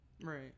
Right